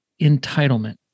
entitlement